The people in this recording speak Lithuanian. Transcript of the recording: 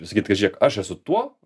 pasakyt kad žiūrėk aš esu tuo